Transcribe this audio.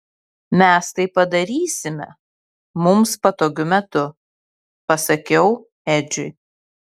mes tai padarysime mums patogiu metu pasakiau edžiui